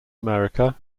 america